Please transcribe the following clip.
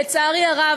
לצערי הרב,